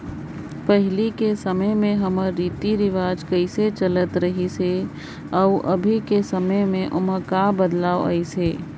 में हमर रीति रिवाज कइसे चलत आत रहिस अउ अभीं कर समे में ओम्हां का बदलाव अइस अहे